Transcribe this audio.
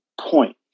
point